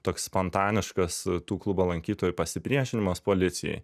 toks spontaniškas tų klubo lankytojų pasipriešinimas policijai